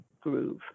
groove